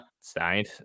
signed